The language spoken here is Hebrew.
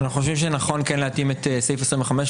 אנחנו חושבים שכן נכון להתאים את סעיף 25,